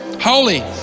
Holy